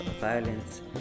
violence